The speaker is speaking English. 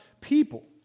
people